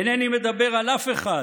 אינני מדבר על אף אחד